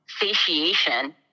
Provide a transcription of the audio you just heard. satiation